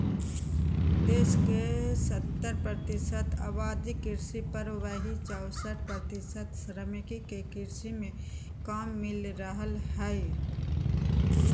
देश के सत्तर प्रतिशत आबादी कृषि पर, वहीं चौसठ प्रतिशत श्रमिक के कृषि मे काम मिल रहल हई